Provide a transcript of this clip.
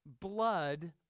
blood